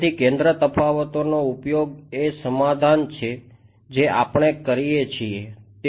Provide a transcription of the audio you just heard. તેથી કેન્દ્ર તફાવતોનો ઉપયોગ એ સમાધાન કે જે આપણે કરીએ છીએ તે છે